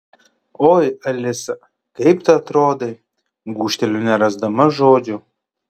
oi alisa kaip tu atrodai gūžteliu nerasdama žodžių